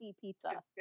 pizza